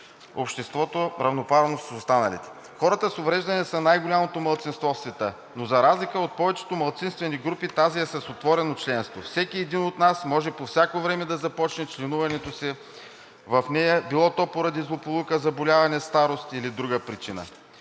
обществото равноправно с останалите“. Хората с увреждания са най-голямото малцинство в света, но за разлика от повечето малцинствени групи, тази е с отворено членство: всеки един от нас може по всяко време да започне членуването си в нея било то поради злополука, заболяване, старост или друга причина.